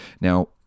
Now